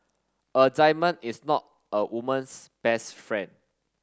a diamond is not a woman's best friend